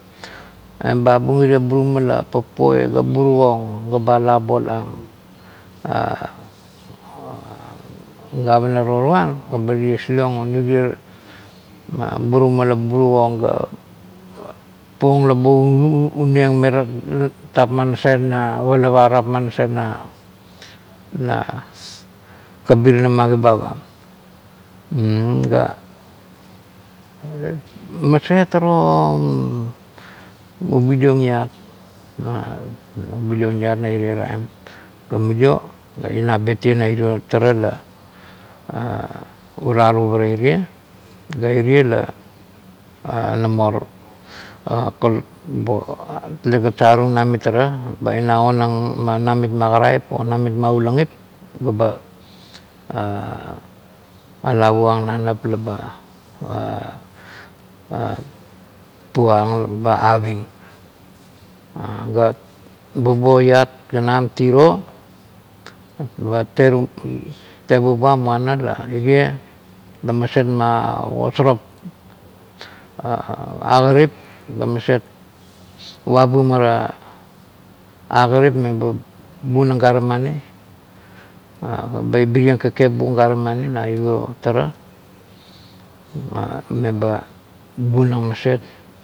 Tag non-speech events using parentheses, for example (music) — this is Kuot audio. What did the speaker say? Ebes abun irie buruma la papoi ga burukong ga uba ala obola (hesitation) ang gavana taruan ga eba ties liong aun irie bunuma la burukong ga puang leba ungeng morentapma nasait na palap tapma nasait na kabinana ma kibap a (hesitation) ga masetarama ubi liong iat, ubi liong iat na irie taim ga mulio ibe bet ieng na irio tara la bila niuvara irie, ga irie la nanora (hesitation) telegat savetung namitara, ba ina ongang ma namit ma karaip o namit ma ulangip ga bo (hesitation) ala wokang na nap laba (hesitation) poang la ba avina ga bubua iat ganam tivo ba tebuba muana la irie la maset magasarang agatip me ba bunang gare mani eba bir ieng kakep buang gare mani na urio tara me ba buang maset.